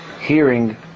hearing